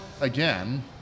Again